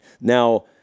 Now